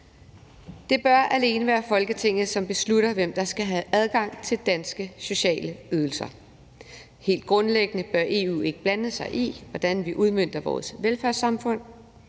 Det bør alene være Folketinget, som beslutter, hvem der skal have adgang til danske sociale ydelser. Helt grundlæggende bør EU ikke blande sig i, hvordan vi udmønter vores velfærdssamfund.